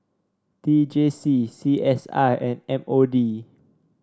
T J C C S I and M O D